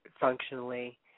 functionally